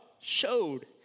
showed